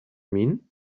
mean